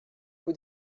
pwy